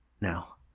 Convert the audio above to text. Now